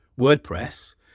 WordPress